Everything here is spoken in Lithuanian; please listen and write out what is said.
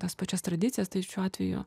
tas pačias tradicijas tai šiuo atveju